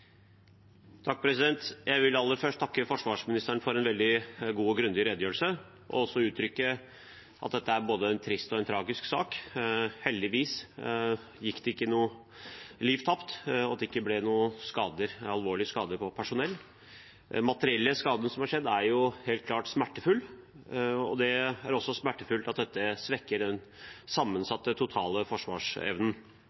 Jeg vil aller først takke forsvarsministeren for en veldig god og grundig redegjørelse, og uttrykke at dette er en både trist og tragisk sak. Heldigvis gikk ingen liv tapt, og det ble heller ikke noen alvorlige skader på personell. De materielle skadene som har skjedd, er helt klart smertefullt. Det er også smertefullt at dette svekker den